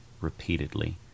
repeatedly